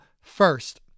first